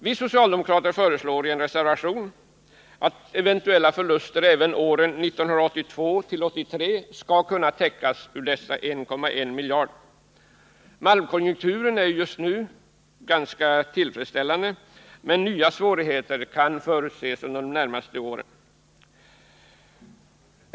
Vi socialdemokrater föreslår i en reservation att eventuella förluster även under åren 1982 och 1983 skall kunna täckas av medel ur de 1,1 miljarderna. Malmkonjunkturen är just nu ganska tillfredsställande, men nya svårigheter kan förutses under de närmaste åren.